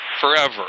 forever